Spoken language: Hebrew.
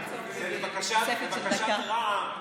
זה לבקשת רע"ם,